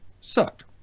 sucked